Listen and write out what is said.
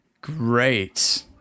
Great